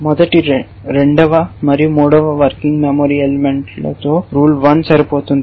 మొదటి రెండవ మరియు మూడవ వర్కింగ్ మెమరీ ఎలిమెంట్ తో రూల్ 1 సరిపోతుంది